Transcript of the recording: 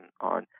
on